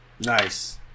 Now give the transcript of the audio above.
Nice